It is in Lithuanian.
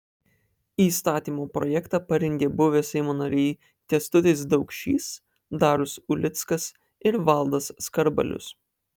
įstatymo projektą parengė buvę seimo nariai kęstutis daukšys darius ulickas ir valdas skarbalius